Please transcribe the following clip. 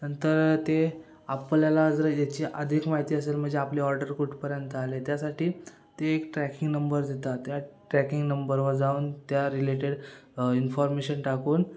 नंतर ते आपल्याला जर याची अधिक माहिती असेल म्हणजे आपली ऑर्डर कुठपर्यंत आली त्यासाठी ते एक ट्रॅकिंग नंबर देतात त्या ट्रॅकिंग नंबरवर जाऊन त्या रिलेटेड इन्फॉर्मेशन टाकून